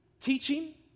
teaching